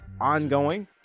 ongoing